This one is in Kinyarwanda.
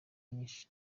nyinshi